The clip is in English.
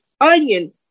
onion